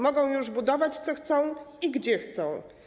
Mogą już budować, co chcą i gdzie chcą.